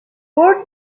board